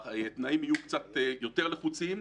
התנאים יהיו קצת יותר לחוצים,